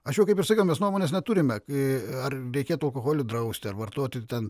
aš jau kaip jau ir sakiau mes nuomonės neturime ar reikėtų alkoholį drausti ar vartoti ten